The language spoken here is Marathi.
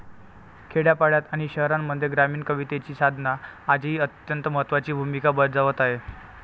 खेड्यापाड्यांत आणि शहरांमध्ये ग्रामीण कवितेची साधना आजही अत्यंत महत्त्वाची भूमिका बजावत आहे